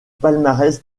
palmarès